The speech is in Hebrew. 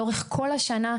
לאורך כל השנה,